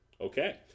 Okay